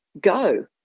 go